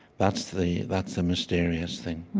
that's the that's the mysterious thing.